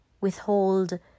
Withhold